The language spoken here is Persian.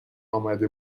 امده